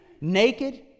Naked